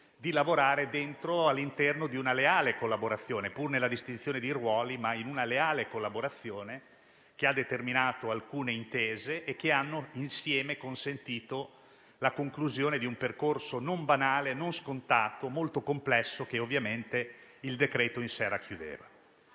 di lavorare anche con le opposizioni, pur nella distinzione dei ruoli, all'interno di una leale collaborazione, che ha determinato alcune intese che hanno insieme consentito la conclusione di un percorso non banale, né scontato, ma molto complesso, che ovviamente il decreto-legge in sé racchiudeva.